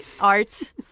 art